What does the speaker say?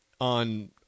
on